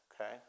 okay